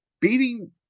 Beating